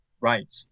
Right